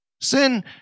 Sin